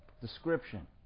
description